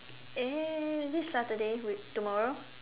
eh this Saturday wait tomorrow